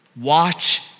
watch